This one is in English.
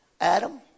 Adam